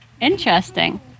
Interesting